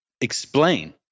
explain